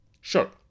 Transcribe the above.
sure